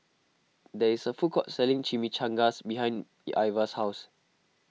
there is a food court selling Chimichangas behind Ivah's house